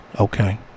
Okay